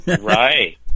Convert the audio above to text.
right